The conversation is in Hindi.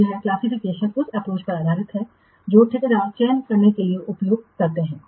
तो यह क्लासिफिकेशन उस अप्रोच पर आधारित है जो ठेकेदार चयन के लिए उपयोग किया जाता है